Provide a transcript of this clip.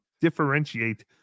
differentiate